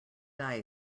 eye